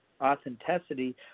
authenticity